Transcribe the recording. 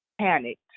panicked